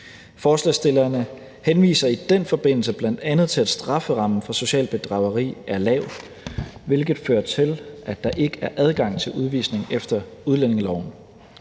Forslagsstillerne henviser i den forbindelse bl.a. til, at strafferammen for socialt bedrageri er lav, hvilket fører til, at der ikke er adgang til udvisning efter udlændingeloven.